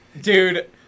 Dude